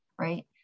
right